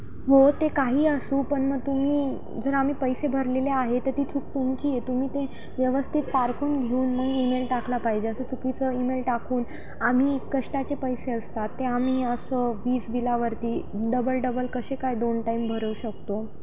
हो ते काही असू पण मग तुम्ही जर आम्ही पैसे भरलेले आहे तर ती चुक तुमची आहे तुम्ही ते व्यवस्थित पारखून घेऊन मग ईमेल टाकला पाहिजे असं चुकीचं ईमेल टाकून आम्ही कष्टाचे पैसे असतात ते आम्ही असं वीज बिलावरती डबल डबल कसे काय दोन टाईम भरवू शकतो